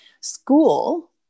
School